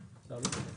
משמעותי.